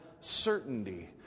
certainty